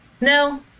no